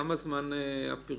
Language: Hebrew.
כמה זמן הפרסום?